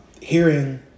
hearing